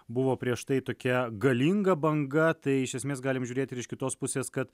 buvo prieš tai tokia galinga banga tai iš esmės galim žiūrėti ir iš kitos pusės kad